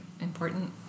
important